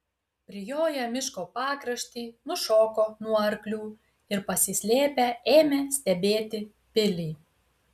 prijoję miško pakraštį nušoko nuo arklių ir pasislėpę ėmė stebėti pilį